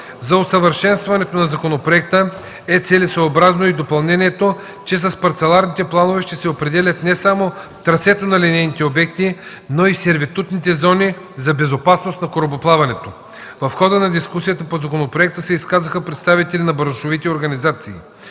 За усъвършенстването на законопроекта е целесъобразно и допълнението, че с парцеларните планове ще се определя не само трасето на съответните линейни обекти, но и сервитутните зони за безопасност на корабоплаването. В хода на дискусията по законопроекта се изказаха представителите на браншовите организации.